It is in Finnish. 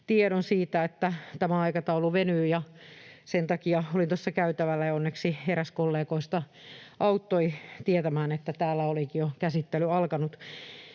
tiedon siitä, että tämä aikataulu venyy, ja sen takia olin tuossa käytävällä. Onneksi eräs kollegoista auttoi tietämään, että täällä olikin jo käsittely alkanut,